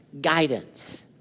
guidance